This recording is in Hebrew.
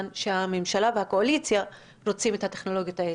שהממשלה והקואליציה רוצים את הטכנולוגיות האלה.